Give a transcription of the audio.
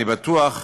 אני בטוח,